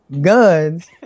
guns